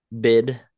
Bid